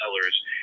sellers